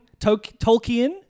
Tolkien